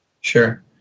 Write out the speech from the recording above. Sure